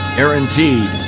Guaranteed